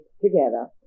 together